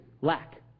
Lack